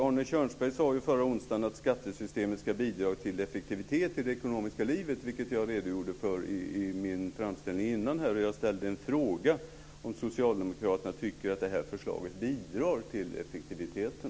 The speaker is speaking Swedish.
Arne Kjörnsberg sade förra onsdagen att skattesystemet ska bidra till effektivitet i det ekonomiska livet, vilket jag redogjorde för i min framställning tidigare här. Och jag ställde frågan om Socialdemokraterna tycker att det här förslaget bidrar till effektiviteten.